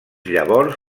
llavors